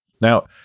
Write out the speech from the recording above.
now